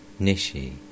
Nishi